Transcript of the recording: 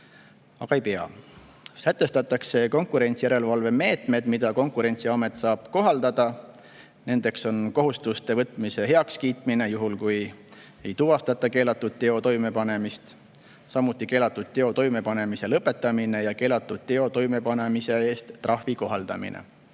pruugi tuua. Sätestatakse konkurentsijärelevalvemeetmed, mida Konkurentsiamet saab kohaldada. Nendeks on kohustuste võtmise heakskiitmine juhul, kui ei tuvastata keelatud teo toimepanemist, samuti keelatud teo toimepanemise lõpetamine ja keelatud teo toimepanemise eest trahvi kohaldamine.